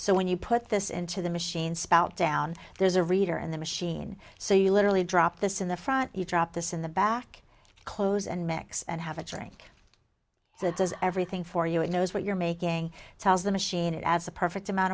so when you put this into the machine spout down there's a reader in the machine so you literally drop this in the front you drop this in the back clothes and mix and have a drink that does everything for you it knows what you're making tells the machine it as a perfect amount